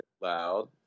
loud